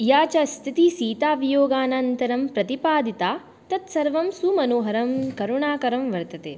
या च स्थितिः सीतावियोगादनन्तरं प्रतिपादिता तत्सर्वं सुमनोहरं करुणाकरं वर्तते